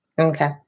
Okay